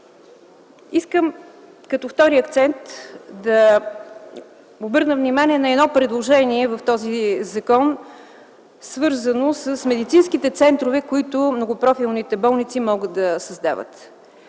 Като втори акцент искам да обърна внимание на едно предложение в този законопроект, свързано с медицинските центрове, които многопрофилните болници могат да създават.